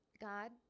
God